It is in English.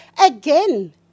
Again